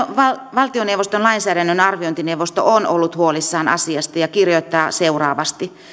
valtioneuvoston lainsäädännön arviointineuvosto on ollut huolissaan asiasta ja kirjoittaa että